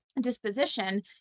disposition